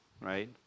right